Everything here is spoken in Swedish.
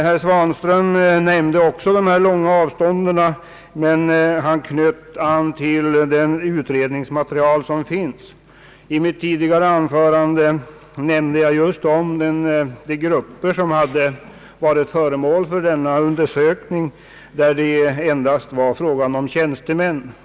Herr Svanström nämnde också de långa avstånden men han knöt an till det utredningsmaterial som finns. I mitt tidigare anförande nämnde jag just de grupper som varit föremål för den undersökning som gjorts och framhöll att det i detta fall endast var fråga om tjänstemannagrupper.